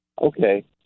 Okay